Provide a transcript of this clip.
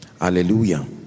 Hallelujah